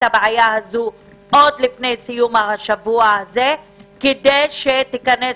הבעיה הזו עוד לפני סוף השבוע הזה כדי שתיכנס